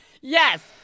yes